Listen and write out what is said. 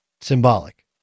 Symbolic